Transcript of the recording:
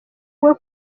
bwo